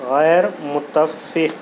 غیر مُتفق